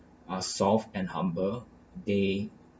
are soft and humble they